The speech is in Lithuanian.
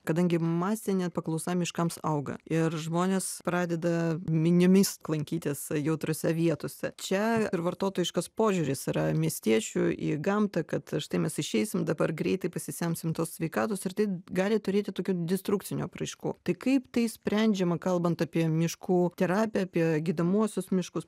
kadangi masinė paklausa miškams auga ir žmonės pradeda miniomis lankytis jautriose vietose čia ir vartotojiškas požiūris yra miestiečių į gamtą kad štai mes išeisim dabar greitai pasisemsim tos sveikatos ir tai gali turėti tokių destrukcinių apraiškų tai kaip tai sprendžiama kalbant apie miškų terapiją apie gydomuosius miškus